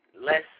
less